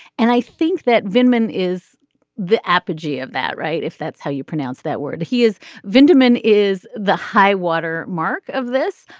and i think that vinson is the apogee of that right. if that's how you pronounce that word he is vindication is the high water mark of this.